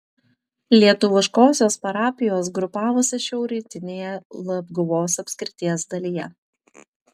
lietuviškosios parapijos grupavosi šiaurrytinėje labguvos apskrities dalyje